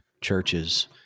churches